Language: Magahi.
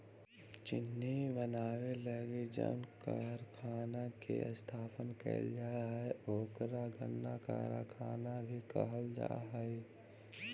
चीनी बनावे लगी जउन कारखाना के स्थापना कैल जा हइ ओकरा गन्ना कारखाना भी कहल जा हइ